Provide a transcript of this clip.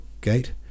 Gate